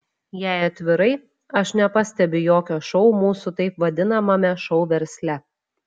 jei atvirai aš nepastebiu jokio šou mūsų taip vadinamame šou versle